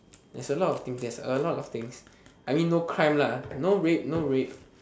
there's a lot of things there's a lot of things I mean no crime lah no rape no rape